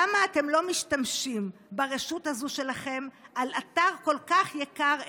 למה אתם לא משתמשים ברשות הזאת שלכם על אתר כל כך יקר ערך?